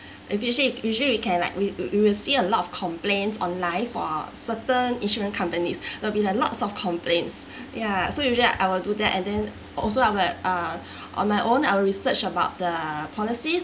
usually usually we can like we we will see a lot of complaints online for certain insurance companies will be like lots of complaints ya so usually I will do that and then also I will like uh on my own I will research about the policies